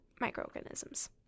microorganisms